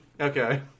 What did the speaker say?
Okay